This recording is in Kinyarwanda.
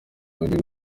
ugiye